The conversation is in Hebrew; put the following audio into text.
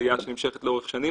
עלייה שנמשכת לאורך השנים,